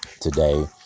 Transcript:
today